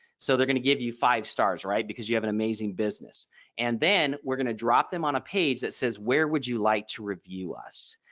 so they're going to give you five stars right because you have an amazing business and then we're going to drop them on a page that says where would you like to review us.